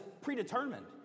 predetermined